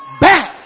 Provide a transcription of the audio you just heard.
back